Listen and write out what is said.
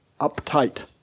uptight